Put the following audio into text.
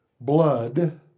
blood